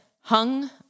Hung